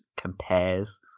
compares